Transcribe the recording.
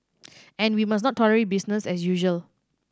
and we must not tolerate business as usual